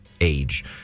age